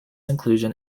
inclusion